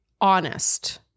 honest